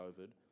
COVID